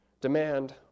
demand